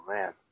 man